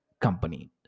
company